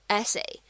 essay